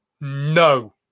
No